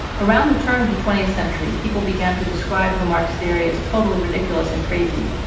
around the turn of the twentieth century, people began to describe lamarck's theory as totally ridiculous and crazy.